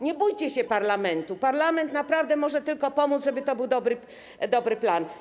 Nie bójcie się parlamentu, parlament naprawdę może tylko pomóc, żeby to był dobry plan.